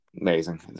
Amazing